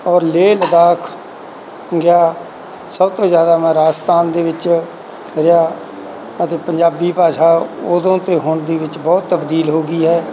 ਔਰ ਲੇਹ ਲਦਾਖ ਗਿਆ ਸਭ ਤੋਂ ਜ਼ਿਆਦਾ ਮੈਂ ਰਾਜਸਥਾਨ ਦੇ ਵਿੱਚ ਰਿਹਾ ਅਤੇ ਪੰਜਾਬੀ ਭਾਸ਼ਾ ਉਦੋਂ ਅਤੇ ਹੁਣ ਦੇ ਵਿੱਚ ਬਹੁਤ ਤਬਦੀਲ ਹੋ ਗਈ ਹੈ